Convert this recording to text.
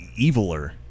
eviler